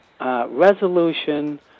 resolution